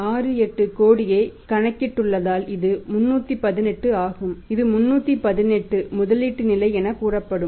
68 கோடியைக் கணக்கிட்டுள்ளதால் இது 318 ஆகும் இது 318 முதலீட்டு நிலை எனக் கூறப்படும்